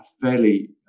fairly